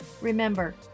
remember